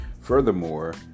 Furthermore